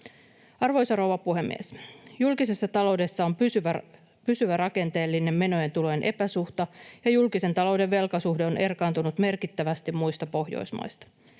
Arvoisa rouva puhemies! Julkisessa taloudessa on pysyvä rakenteellinen menojen ja tulojen epäsuhta, ja julkisen talouden velkasuhde on erkaantunut merkittävästi muista Pohjoismaista.